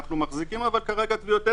אנחנו מחזיקים כרגע טביעות אצבע.